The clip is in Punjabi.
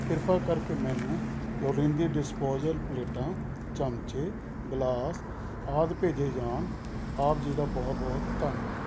ਕਿਰਪਾ ਕਰਕੇ ਮੈਨੂੰ ਲੋੜੀਂਦੇ ਡਿਸਪੋਜ਼ਲ ਪਲੇਟਾਂ ਚਮਚੇ ਗਿਲਾਸ ਆਦਿ ਭੇਜੇ ਜਾਣ ਆਪ ਜੀ ਦਾ ਬਹੁਤ ਬਹੁਤ ਧੰਨਵਾਦ